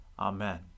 Amen